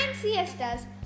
siestas